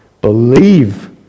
believe